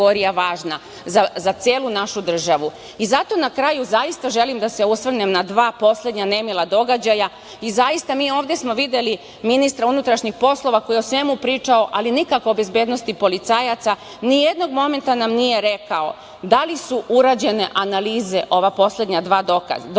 za celu našu državu. Zato na kraju zaista, želim da se osvrnem na dva poslednja nemila događaja, zaista, mi ovde smo videli ministra unutrašnjih poslova koji je o svemu pričao, ali nikako o bezbednosti policajaca. Nijednog momenta nam nije rekao da li su urađene analize, ova poslednja dva događaja?